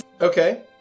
Okay